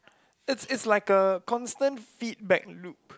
it's it's like a constant feedback loop